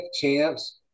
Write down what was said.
champs